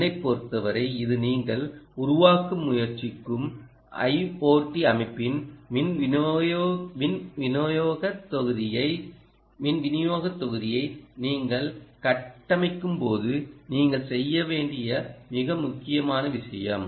என்னைப் பொறுத்தவரை இது நீங்கள் உருவாக்க முயற்சிக்கும் ஐஓடி அமைப்பின்மின் விநியோகத் தொகுதியை நீங்கள் கட்டமைக்கும்போது நீங்கள் செய்ய வேண்டிய மிக முக்கியமான விஷயம்